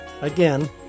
Again